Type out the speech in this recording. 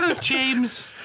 James